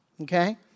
Okay